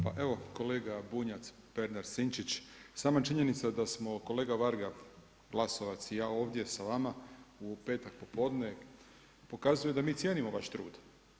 Pa evo kolega Bunjac, Pernar, Sinčić, sama činjenica da smo kolega Varga, Glasovac i ja ovdje sa vama u petak popodne, pokazuje da mi cijenimo vaš trud.